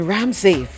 Ramsey